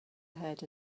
ahead